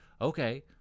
Okay